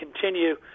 continue